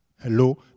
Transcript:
Hello